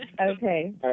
Okay